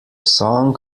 song